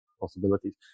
possibilities